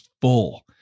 full